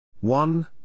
One